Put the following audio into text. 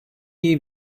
iyi